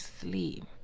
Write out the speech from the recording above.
sleep